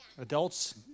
Adults